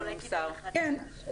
או.קיי.